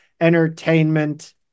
entertainment